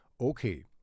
Okay